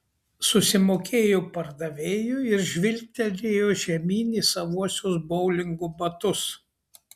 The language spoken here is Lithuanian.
susimokėjo pardavėjui ir žvilgtelėjo žemyn į savuosius boulingo batus